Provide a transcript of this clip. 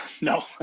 No